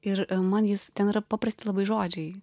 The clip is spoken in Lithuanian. ir man jis ten yra paprasti labai žodžiai